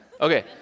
Okay